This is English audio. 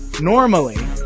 Normally